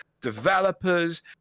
developers